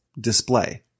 display